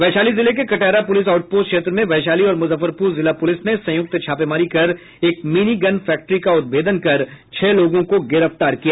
वैशाली जिले के Katahara police out post क्षेत्र में वैशाली और मुजफ्फरपुर जिला पुलिस ने संयुक्त छापेमारी कर एक मिनी गन फैक्ट्री का उद्भेदन कर छह लोगों को गिरफ्तार किया है